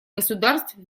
государств